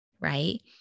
right